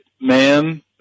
man